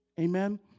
Amen